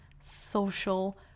social